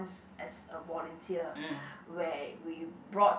as a volunteer where we brought